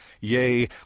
Yea